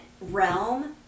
realm